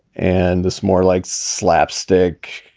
and this more like slapstick,